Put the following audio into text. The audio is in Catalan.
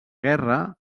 guerra